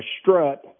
strut